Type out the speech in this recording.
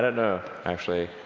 know, actually.